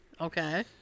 Okay